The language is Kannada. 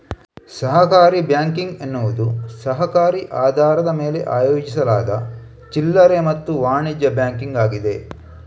ಸಹಕಾರಿ ಬ್ಯಾಂಕಿಂಗ್ ಎನ್ನುವುದು ಸಹಕಾರಿ ಆಧಾರದ ಮೇಲೆ ಆಯೋಜಿಸಲಾದ ಚಿಲ್ಲರೆ ಮತ್ತು ವಾಣಿಜ್ಯ ಬ್ಯಾಂಕಿಂಗ್ ಆಗಿದೆ